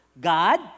God